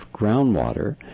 groundwater